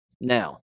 Now